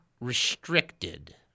restricted